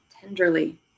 tenderly